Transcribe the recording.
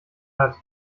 hat